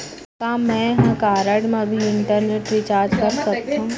का मैं ह कारड मा भी इंटरनेट रिचार्ज कर सकथो